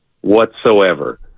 whatsoever